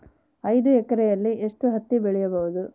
ಐದು ಎಕರೆಯಲ್ಲಿ ಎಷ್ಟು ಹತ್ತಿ ಬೆಳೆಯಬಹುದು?